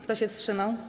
Kto się wstrzymał?